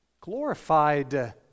Glorified